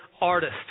artist